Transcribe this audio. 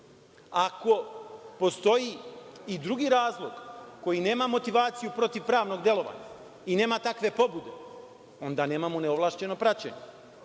Ako postoji i drugi razlog koji nema motivaciju protiv pravnog delovanja i nema takve pobude, onda nemamo neovlašćeno praćenje. Sledeće,